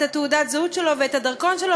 את תעודת הזהות שלו ואת הדרכון שלו,